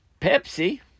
Pepsi